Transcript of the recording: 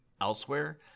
elsewhere